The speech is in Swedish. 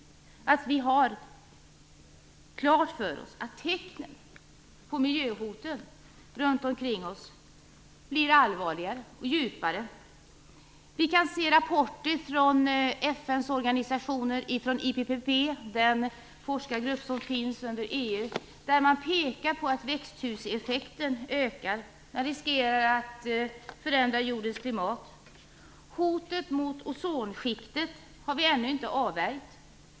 Det är viktigt att vi har klart för oss att tecknen på miljöhoten runt omkring oss blir allvarligare, djupare. Vi kan läsa rapporter från FN:s organisationer, från IPPI, en forskargrupp under FN, där man pekar på att växthuseffekten ökar och att den riskerar att förändra jordens klimat. Hotet mot ozonskiktet har vi ännu inte avvärjt.